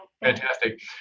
Fantastic